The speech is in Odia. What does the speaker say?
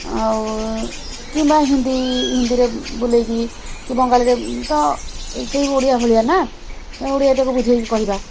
ଆଉ କିମ୍ବା ହିନ୍ଦୀ ହିନ୍ଦୀରେ ବୁଲେଇକି କି ବଙ୍ଗାଳୀରେ ତ ସେଇ ଓଡ଼ିଆ ଭଳିଆ ନା ତେଣୁ ଓଡ଼ିଆଟାକୁ ବୁଝାଇକି କହିବା